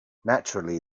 naturally